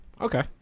okay